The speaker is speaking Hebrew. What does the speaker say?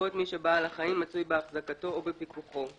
לרבות מי שבעל חיים מצוי בהחזקתו או בפיקוחו,